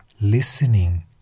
listening